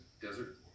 desert